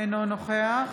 אינו נוכח